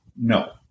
No